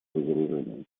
разоружению